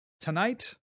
tonight